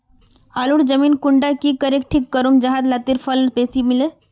आलूर जमीन कुंडा की करे ठीक करूम जाहा लात्तिर फल बेसी मिले?